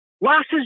losses